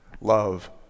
love